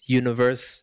universe